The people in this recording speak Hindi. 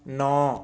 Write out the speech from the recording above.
नौ